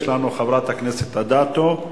יש לנו חברת הכנסת אדטו,